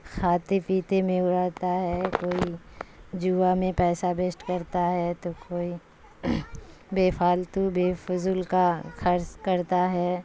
کھاتے پیتے میں اڑاتتا ہے کوئی جوا میں پیسہ بیسٹ کرتا ہے تو کوئی بے فالتو بے فضول کا خرچ کرتا ہے